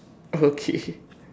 okay